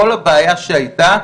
כל הבעיה שהייתה,